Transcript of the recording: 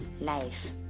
life